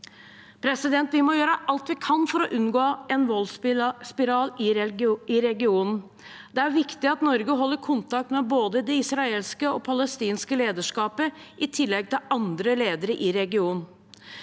ytterligere. Vi må gjøre alt vi kan for å unngå en voldsspiral i regionen. Det er viktig at Norge holder kontakt med både det israelske og det palestinske lederskapet i tillegg til andre ledere i regionen.